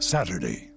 Saturday